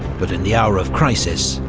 but in the hour of crisis,